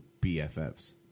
BFFs